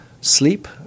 sleep